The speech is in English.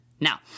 Now